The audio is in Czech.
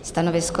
Stanovisko?